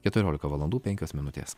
keturiolika valandų penkios minutės